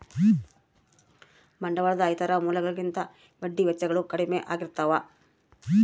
ಬಂಡವಾಳದ ಇತರ ಮೂಲಗಳಿಗಿಂತ ಬಡ್ಡಿ ವೆಚ್ಚಗಳು ಕಡ್ಮೆ ಆಗಿರ್ತವ